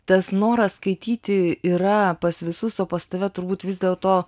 tas noras skaityti yra pas visus o pas tave turbūt vis dėl to